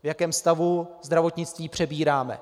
V jakém stavu zdravotnictví přebíráme.